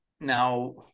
now